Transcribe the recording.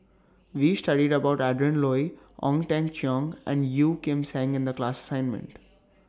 We studied about Adrin Loi Ong Teng Cheong and Yeo Kim Seng in The class assignment